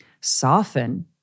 Soften